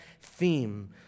theme